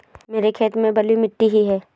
मेरे खेत में बलुई मिट्टी ही है